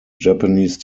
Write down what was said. japanese